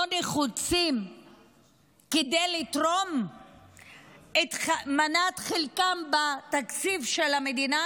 נחוצים כדי לתרום את חלקם בתקציב של המדינה?